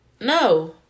No